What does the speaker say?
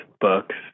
books